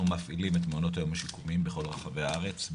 אנחנו מפעילים את מעונות היום השיקומיים בכל רחבי הארץ,